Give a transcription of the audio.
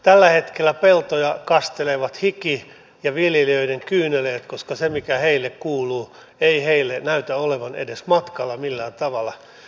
tällä hetkellä peltoja kastelevat hiki ja viljelijöiden kyyneleet koska se mikä heille kuuluu ei heille näytä olevan edes matkalla millään tavalla